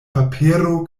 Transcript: papero